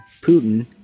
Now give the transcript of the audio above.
Putin